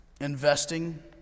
investing